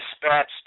dispatched